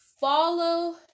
Follow